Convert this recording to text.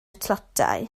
tlotai